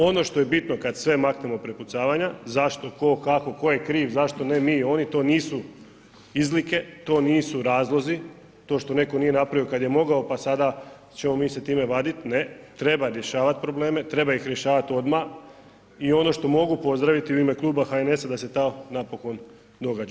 Ono što je bitno kad sve maknemo prepucavanja, zašto, tko kako, tko je kriv, zašto ne mi, oni, to nisu izlike, to nisu razlozi, to što netko nije napravio kad je mogao pa sada ćemo mi se time vadit, ne, treba rješavati probleme, treba ih rješavat odmah i ono što mogu pozdraviti u ime kluba HNS-a, da se to napokon događa.